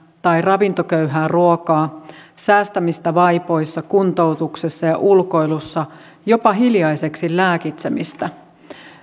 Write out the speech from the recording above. tai ravintoköyhää ruokaa säästämistä vaipoissa kuntoutuksessa ja ulkoilussa jopa hiljaiseksi lääkitsemistä